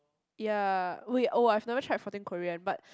ya wait oh I have never tried fourteen Korean but